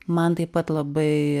man taip pat labai